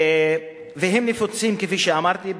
כפי שאמרתי,